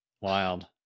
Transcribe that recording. Wild